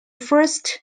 first